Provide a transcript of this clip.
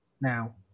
now